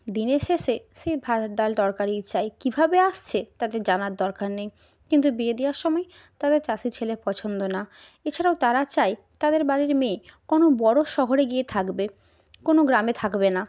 দিনের শেষে সে ভাত ডাল তরকারিই চায় কীভাবে আসছে তাদের জানার দরকার নেই কিন্তু বিয়ে দেওয়ার সময় তারা চাষি ছেলে পছন্দ না এছাড়াও তারা চায় তাদের বাড়ির মেয়ে কোনও বড়ো শহরে গিয়ে থাকবে কোনও গ্রামে থাকবে না